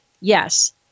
yes